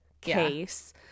case